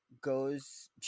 goes